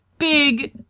Big